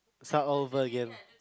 start over again